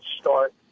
start